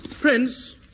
Prince